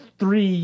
Three